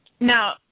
Now